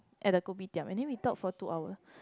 at the kopitiam and then we talk for two hour